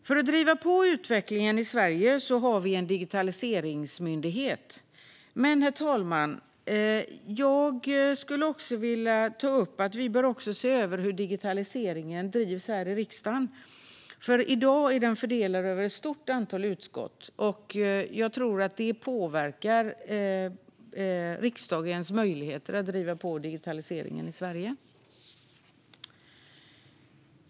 För att driva på utvecklingen i Sverige har vi en digitaliseringsmyndighet, men vi bör även se över hur digitaliseringen drivs i riksdagen, herr talman. I dag är frågan nämligen fördelad över ett stort antal utskott, och jag tror att det påverkar riksdagens möjligheter att driva på digitaliseringen i Sverige.